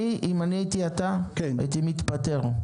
אם אני הייתי אתה הייתי מתפטר,